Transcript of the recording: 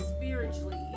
spiritually